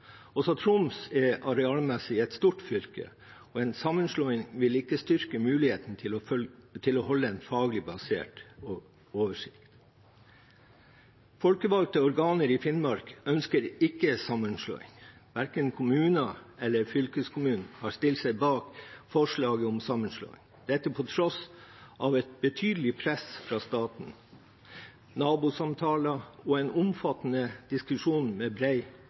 Også Troms er arealmessig et stort fylke, og en sammenslåing vil ikke styrke muligheten til å holde en faglig basert oversikt. Folkevalgte organer i Finnmark ønsker ikke sammenslåing, verken kommuner eller fylkeskommuner har stilt seg bak forslaget om sammenslåing – dette på tross av et betydelig press fra staten, nabosamtaler og en omfattende diskusjon med